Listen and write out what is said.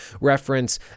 reference